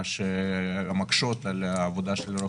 שמקשות על הדיווחים.